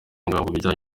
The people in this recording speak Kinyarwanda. bijyanye